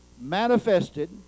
manifested